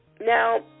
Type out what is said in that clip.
Now